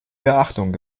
beachtung